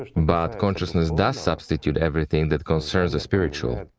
but consciousness does substitute everything that concerns the spiritual.